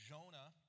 Jonah